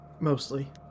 mostly